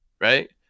right